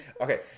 Okay